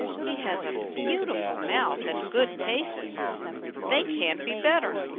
he has a beautiful mouth and good paces they can't be better.